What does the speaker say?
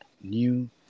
new